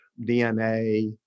DNA